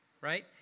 right